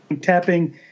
tapping